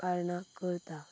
कारणां करता